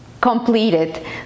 completed